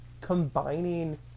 combining